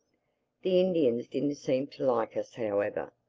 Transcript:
the indians didn't seem to like us however.